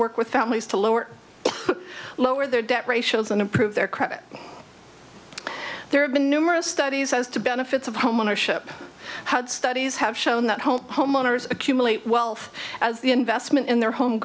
work with families to lower lower their debt ratios and improve their credit there have been numerous studies as to benefits of home ownership studies have shown that home home owners accumulate wealth as the investment in their home